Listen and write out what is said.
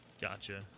Gotcha